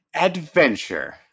adventure